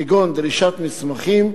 כגון דרישת מסמכים,